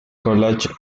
college